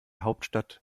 hauptstadt